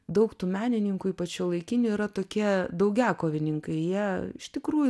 daug tų menininkų ypač šiuolaikinių yra tokie daugiakovininkai jie iš tikrųjų